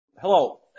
Hello